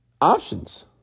options